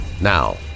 Now